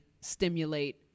stimulate